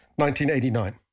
1989